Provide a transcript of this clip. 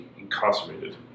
incarcerated